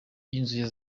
y’inzu